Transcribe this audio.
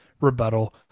rebuttal